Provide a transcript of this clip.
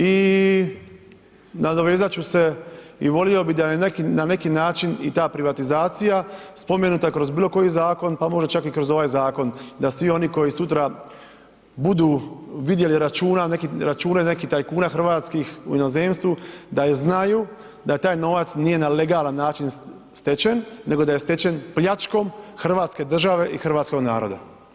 I nadovezat ću se i volio bih da na neki način i ta privatizacija spomenuta kroz bilo koji zakon, pa možda čak i kroz ovaj zakon, da svi oni koji sutra budu vidjeli račune nekih tajnika hrvatskih u inozemstvu, da znaju da taj novac nije na legalan način stečen nego da je stečen pljačkom hrvatske države i hrvatskog naroda.